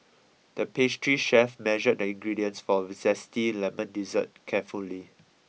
the pastry chef measured the ingredients for a Zesty Lemon Dessert carefully